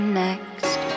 next